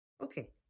Okay